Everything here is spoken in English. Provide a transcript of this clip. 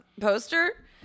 poster